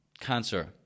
cancer